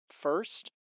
first